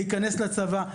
להיכנס לצבא,